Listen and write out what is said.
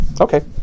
Okay